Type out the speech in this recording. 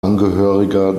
angehöriger